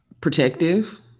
protective